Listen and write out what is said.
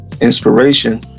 inspiration